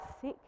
sick